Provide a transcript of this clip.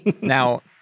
now